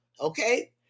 okay